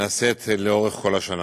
נעשית לאורך כל השנה.